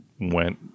went